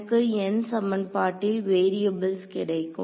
எனக்கு n சமன்பாட்டில் n variables கிடைக்கும்